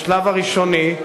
בשלב הראשוני,